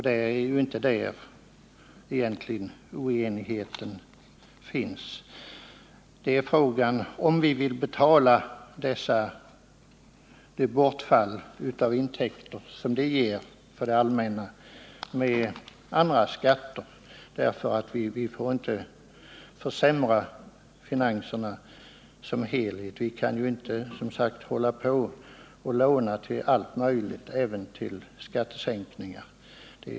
Det är heller inte detta oenigheten gäller, utan frågan är om vi med andra skatter vill betala det bortfall av intäkter som uppkommer för det allmänna. Vi får inte försämra finanserna som helhet. Vi kan inte hålla på och låna till allt möjligt, även till skattesänkningar.